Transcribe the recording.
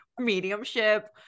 mediumship